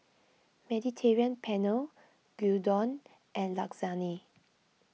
Mediterranean Penne Gyudon and Lasagne